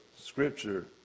scripture